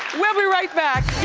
we'll be right back.